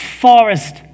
forest